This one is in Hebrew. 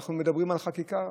אנחנו מדברים על חקיקה,